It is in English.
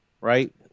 Right